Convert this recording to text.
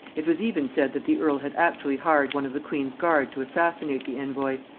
it was even said that the earl had actually hired one of the queen's guard to assassinate the envoy,